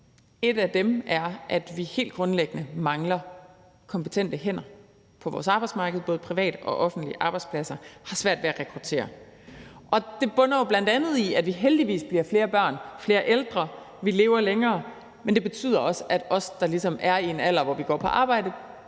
En af dem er, at vi helt grundlæggende mangler kompetente hænder på vores arbejdsmarked. Både private og offentlige arbejdspladser har svært ved at rekruttere. Og det bunder bl.a. i, at vi heldigvis bliver flere børn og flere ældre, og at vi lever længere, men det betyder også, at os, der ligesom har en alder, hvor vi går på arbejde,